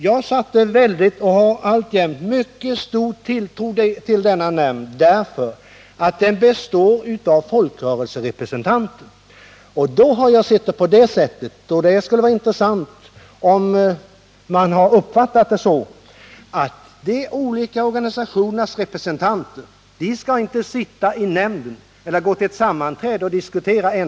Jag satte, och sätter alltjämt, mycket stor tilltro till denna nämnd därför att den består av folkrörelserepresentanter. Det skulle vara intressant att veta om ni uppfattat det på samma sätt som jag, nämligen att de olika organisationernas representanter inte enbart skall sitta i nämnden eller gå till ett sammanträde och diskutera.